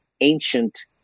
ancient